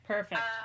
Perfect